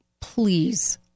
please